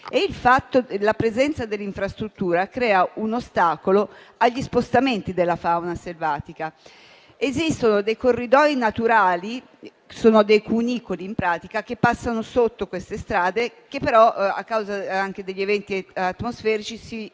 La presenza dell'infrastruttura crea un ostacolo agli spostamenti della fauna selvatica. Esistono dei corridori naturali (sono cunicoli che passano sotto queste strade), che però, a causa anche degli eventi atmosferici, si occludono;